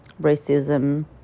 racism